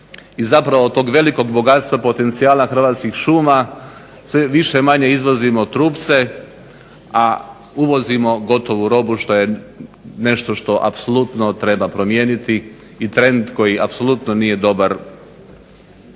i zapravo tog velikog bogatstva potencijala hrvatskih šuma sve više-manje izvozimo trupce, a uvozimo gotovo robu što je nešto što apsolutno treba promijeniti i trend koji apsolutno nije dobar u